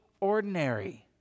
ordinary